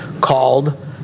called